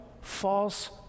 false